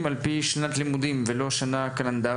על פי שנת לימודים ולא על פי שנה קלנדרית,